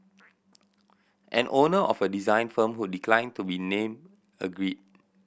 an owner of a design firm who declined to be name agreed